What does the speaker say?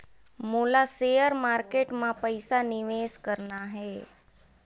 मोला share market मां पइसा निवेश करना हे?